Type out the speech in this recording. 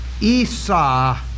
Esau